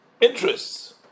interests